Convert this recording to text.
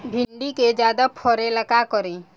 भिंडी के ज्यादा फरेला का करी?